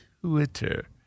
Twitter